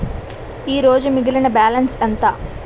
ఈరోజు మిగిలిన బ్యాలెన్స్ ఎంత?